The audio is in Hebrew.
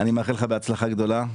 אני מאחל לך בהצלחה גדולה.